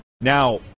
Now